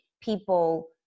people